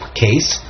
case